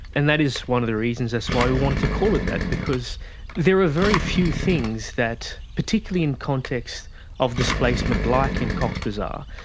and that is one of the reasons, that's why we wanted to call it that because there are very few things that particularly in contexts of displacement like in cox bazar,